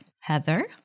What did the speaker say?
Heather